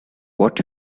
what